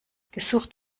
gesucht